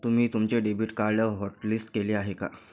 तुम्ही तुमचे debit card hotlist केले आहे का?